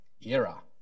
era